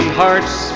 hearts